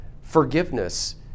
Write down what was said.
Forgiveness